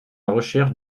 recherche